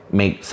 make